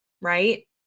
right